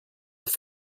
both